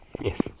Yes